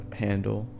handle